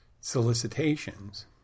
solicitations